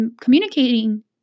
communicating